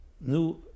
new